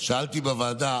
שאלתי בוועדה